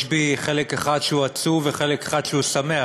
יש בי חלק אחד שהוא עצוב וחלק אחד שהוא שמח,